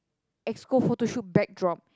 exco photo shoot backdrop